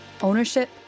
ownership